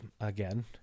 again